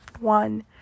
one